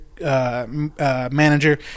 manager